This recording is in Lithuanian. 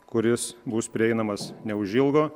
kuris bus prieinamas neužilgo